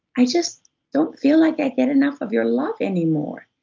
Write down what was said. i just don't feel like i get enough of your love anymore.